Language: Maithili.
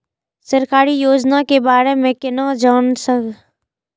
सरकारी योजना के बारे में केना जान से?